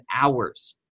hours